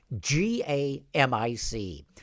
G-A-M-I-C